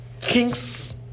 Kings